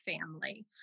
family